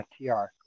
FTR